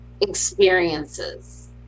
experiences